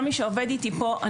וכל מי שעובד איתי פה,